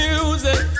Music